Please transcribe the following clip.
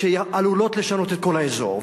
שעלולות לשנות את כל האזור,